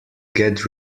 get